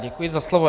Děkuji za slovo.